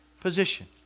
Position